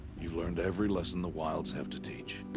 you've learned every lesson the wilds have to teach.